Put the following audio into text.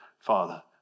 father